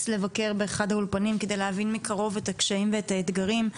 לבקר באחד האולפנים כדי להבין מקרוב את הקשיים ואת האתגרים.